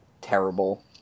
terrible